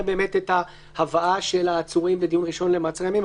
הבאת העצורים בדיון ראשון למעצר ימים.